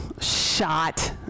shot